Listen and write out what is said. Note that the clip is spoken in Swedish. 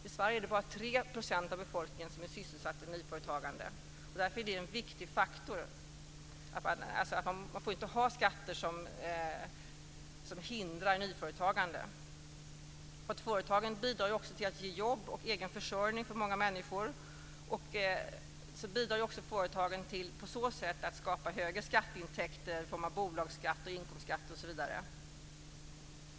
I Sverige är det bara 3 % av befolkningen som är sysselsatta i nyföretagande. Därför är det en viktig faktor att man inte har skatter som hindrar nyföretagande. Företagen bidrar ju också till att ge jobb och egen försörjning för många människor och på så sätt bidrar de också till att skapa högre skatteintäkter i form av bolagsskatt, inkomstskatt osv.